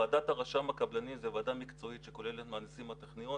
ועדת רשם הקבלנים זו ועדה מקצועית שכוללת מהנדסים מהטכניון,